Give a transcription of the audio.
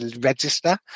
register